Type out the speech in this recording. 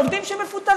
זה עובדים שמפוטרים.